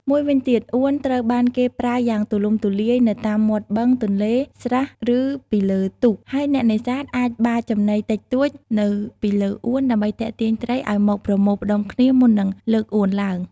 មួយវិញទៀត អួនត្រូវបានគេប្រើយ៉ាងទូលំទូលាយនៅតាមមាត់បឹង ទន្លេ ស្រះ ឬពីលើទូក ហើយអ្នកនេសាទអាចបាចចំណីតិចតួចនៅពីលើអួន ដើម្បីទាក់ទាញត្រីឲ្យមកប្រមូលផ្តុំគ្នា មុននឹងលើកអួនឡើង។